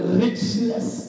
richness